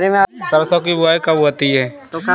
सरसों की बुआई कब होती है?